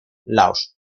laos